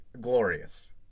glorious